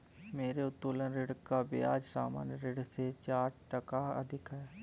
मेरे उत्तोलन ऋण का ब्याज सामान्य ऋण से चार टका अधिक है